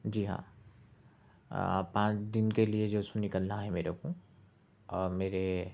جی ہاں پانچ دن کے لیے جو سو نکلنا ہے میرے کو میرے